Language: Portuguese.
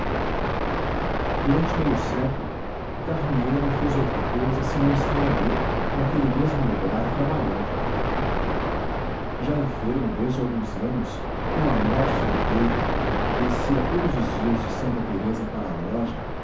durante meio século garnier não fez outra cousa senão estar ali naquele mesmo lugar trabalhando já enfermo desde alguns anos com a morte no peito descia todos os dias de santa teresa para a loja